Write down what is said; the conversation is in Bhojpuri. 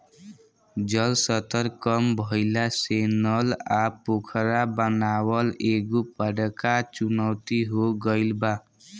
जल स्तर कम भइला से नल आ पोखरा बनावल एगो बड़का चुनौती हो गइल बा